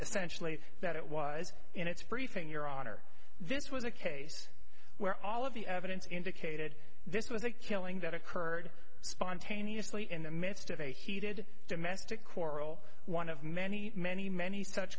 essentially that it was in its briefing your honor this was a case where all of the evidence indicated this was a killing that occurred spontaneously in the midst of a heated domestic quarrel one of many many many such